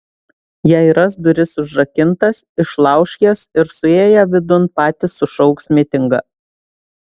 jei ras duris užrakintas išlauš jas ir suėję vidun patys sušauks mitingą